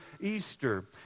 Easter